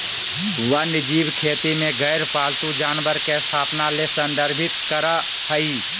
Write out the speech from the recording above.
वन्यजीव खेती में गैर पालतू जानवर के स्थापना ले संदर्भित करअ हई